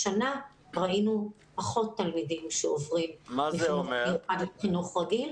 השנה ראינו פחות תלמידים שעוברים מהחינוך המיוחד לחינוך הרגיל.